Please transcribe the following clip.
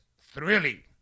thrilling